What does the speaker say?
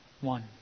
One